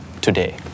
today